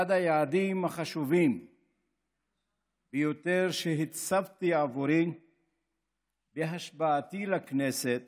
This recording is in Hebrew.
אחד היעדים החשובים ביותר שהצבתי עבורי בהשבעתי לכנסת